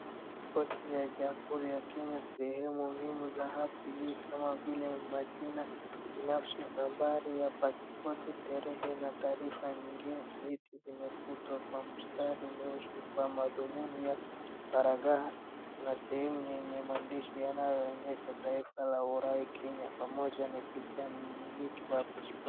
Pasipoti ya Jamhuri ya Kenya, sehemu muhimu za hati hii kama vile majina binafsi, nambari ya pasipoti, terehe na taarifa nyingine nyeti vimefutwa kwa mstari mweusi kwa madhumuni ya faragha. Kuna sehemu yenye maandishi yanayoonyesha taifa la Urai Kenya pamoja na picha ya mmiliki wa pasipoti.